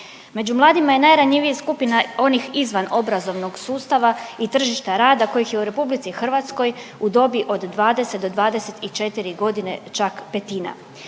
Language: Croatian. Među mladima je najranjivija skupina onih izvan obrazovnog sustava i tržišta rada kojih je u Republici Hrvatskoj u dobi od 20 do 24 godine čak petina.